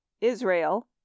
Israel